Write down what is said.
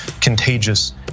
contagious